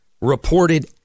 reported